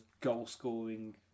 goal-scoring